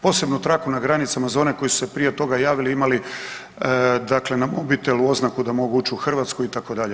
Posebnu traku na granicama za one koji su se prije toga javili i imali dakle na mobitelu oznaku da mogu ući u Hrvatsku itd.